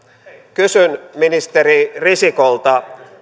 kysyn ministeri risikolta